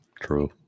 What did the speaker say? True